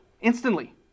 instantly